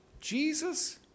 Jesus